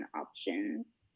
options